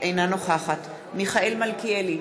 אינה נוכחת מיכאל מלכיאלי,